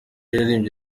yaririmbye